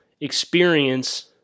experience